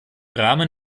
rahmen